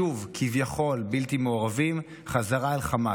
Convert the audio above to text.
שוב כביכול בלתי מעורבים בחזרה אל חמאס,